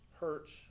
hurts